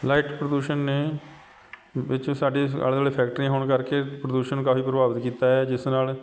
light ਪ੍ਰਦੂਸ਼ਣ ਨੇ ਵਿੱਚ ਸਾਡੇ ਆਲੇ ਦੁਆਲੇ ਫੈਕਟਰੀਆਂ ਹੋਣ ਕਰਕੇ ਪ੍ਰਦੂਸ਼ਣ ਨੂੰ ਕਾਫੀ ਪ੍ਰਭਾਵਿਤ ਕੀਤਾ ਹੈ ਜਿਸ ਨਾਲ